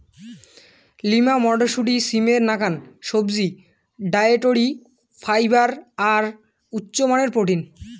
lima মটরশুঁটি, সিমের নাকান সবজি, ডায়েটরি ফাইবার আর উচামানের প্রোটিন